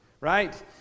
right